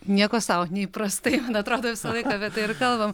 nieko sau neįprastai atrodo visą laiką apie tai ir kalbam